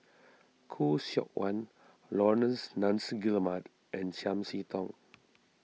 Khoo Seok Wan Laurence Nunns Guillemard and Chiam See Tong